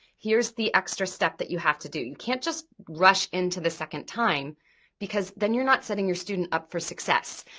here's the extra step that you have to do. you can't just rush into the second time because then you're not setting your student up for success.